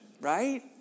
Right